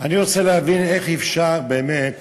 אני רוצה להבין איך אפשר באמת